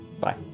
Bye